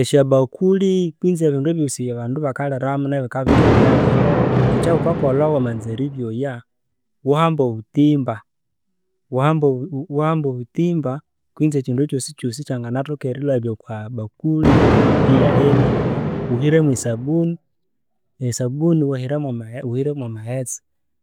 Esyabakuli kwinzi ebindu ebyosi ebya bandu bakalhiramo ne bikabika ebyalhya, ekya ghukakolha wamanza eribyoya, ghuhambe obutimba, ghuhambe obuti ghuhambe obutimba kwisi ekindu ekyosikyosi ekyanganathoka erilabya okwa bakuli iyahenia, ghuhire mwa sabuni, esabuni esabuni ghuhiremo mwa maghetse